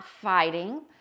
fighting